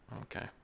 Okay